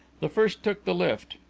the first took the lift.